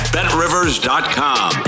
BetRivers.com